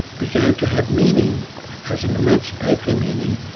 began to have meaning as in emancipatory meaning,